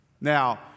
Now